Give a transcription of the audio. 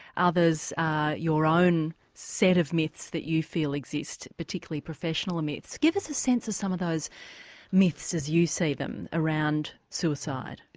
others are your own set of myths that you feel exist, particularly professional myths. give us a sense of some of those myths as you see them around suicide.